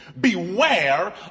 beware